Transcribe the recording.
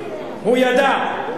הוא ידע.